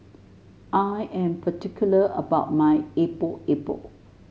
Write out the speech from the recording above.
I am particular about my Epok Epok